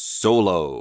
solo